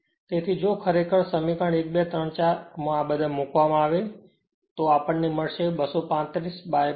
તેથી જો ખરેખર સમીકરણ 1234 માં આ બધા ને મૂકવામાં આવે તો આપણ ને મળશે 235 by 250 0